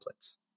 templates